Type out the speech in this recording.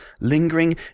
lingering